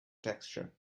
texture